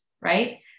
right